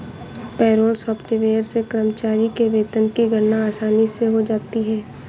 payroll software से कर्मचारी के वेतन की गणना आसानी से हो जाता है